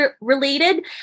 related